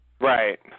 Right